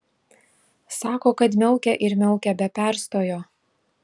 sako kad miaukia ir miaukia be perstojo